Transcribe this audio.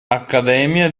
accademia